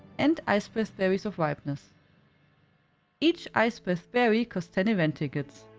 and icebreath berries of ripeness each icebreath berry costs ten event tickets.